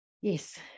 yes